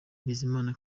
bizimana